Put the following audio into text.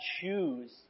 choose